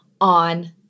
on